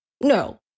No